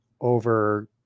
over